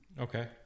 Okay